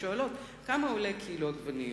ושואלות כמה עולה קילו עגבניות.